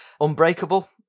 Unbreakable